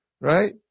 Right